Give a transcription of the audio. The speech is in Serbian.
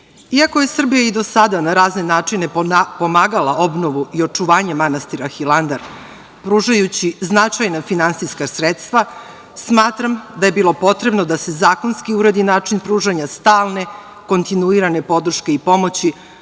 je Srbija i do sada na razne načine pomagala obnovu i očuvanje manastira Hilandar, pružajući značajna finansijska sredstva, smatram da je bilo potrebno da se zakonski uredi način pružanja stalne i kontinuirane podrške i pomoći